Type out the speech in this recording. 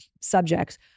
subjects